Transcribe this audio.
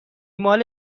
مال